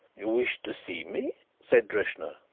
you wished to see me? said drishna,